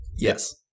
Yes